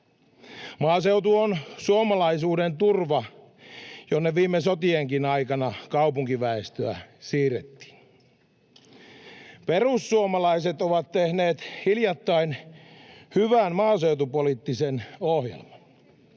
Maaseutu on suomalaisuuden turva, jonne viime sotienkin aikana kaupunkiväestöä siirrettiin. Perussuomalaiset ovat tehneet hiljattain hyvän maaseutupoliittisen ohjelman.